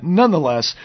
nonetheless